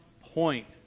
point